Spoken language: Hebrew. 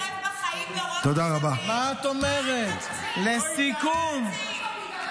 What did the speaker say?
בית המשפט לא התערב בחיים